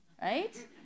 right